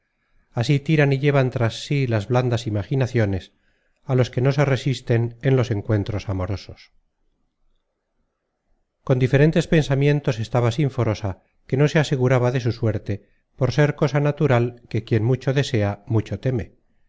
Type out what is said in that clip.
así tiran y llevan tras sí las blandas imaginaciones a los que no se resisten en los encuentros amorosos con diferentes pensamientos estaba sinforosa que no se aseguraba de su suerte por ser cosa natural que quien mucho desea mucho teme